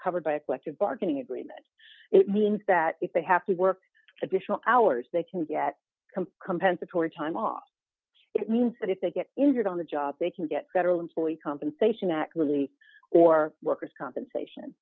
covered by a collective bargaining agreement it means that if they have to work additional hours they can get compensatory time off it means that if they get injured on the job they can get federal employee compensation actually or workers compensation